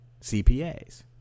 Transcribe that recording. CPAs